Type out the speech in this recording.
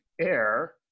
Air